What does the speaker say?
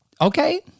okay